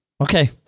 okay